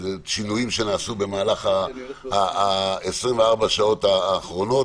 שינויים שנעשו במהלך 24 השעות האחרונות.